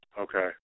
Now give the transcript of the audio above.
okay